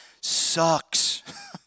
sucks